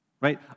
Right